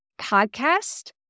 podcast